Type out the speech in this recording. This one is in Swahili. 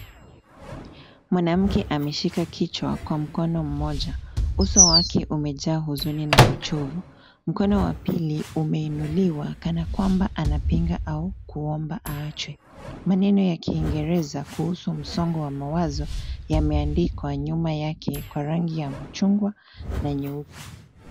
Mwanamke ameshika kichwa kwa mkono mmoja. Uso wake umejaa huzuni na uchovu. Mkono wa pili umeinuliwa kana kwamba anapinga au kuomba aache. Maneno ya kingereza kuhusu msongo wa mawazo yameandikwa nyuma yake kwa rangi ya mchungwa na nyeupe.